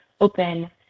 open